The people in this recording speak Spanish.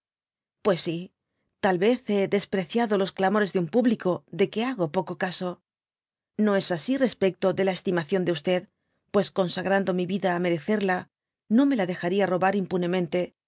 pues si tal vez hé despreciado los clamores de un público de que hago poco caso no es asi respecto de la estimación de pues consagrando mi vida á merecerla no me la dejaría robar impunemente